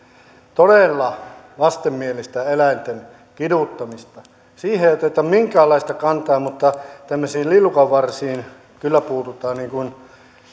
todella vastenmielistä eläinten kiduttamista siihen ei oteta minkäänlaista kantaa mutta tämmöisiin lillukanvarsiin kyllä puututaan niin kuin